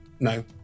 No